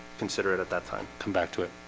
consider it at that time come back to it